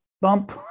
Bump